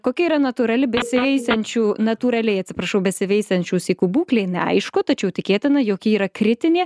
kokia yra natūrali besiveisiančių natūraliai atsiprašau besiveisiančių sykų būklė neaišku tačiau tikėtina jog ji yra kritinė